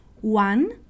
One